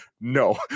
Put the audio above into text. No